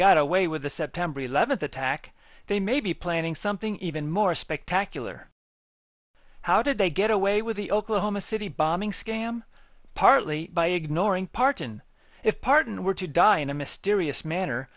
got away with the september eleventh attack they may be planning something even more spectacular how did they get away with the oklahoma city bombing scam partly by ignoring parton if parton were to die in a mysterious manner